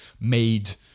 made